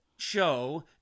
show